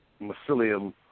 mycelium